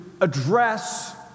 address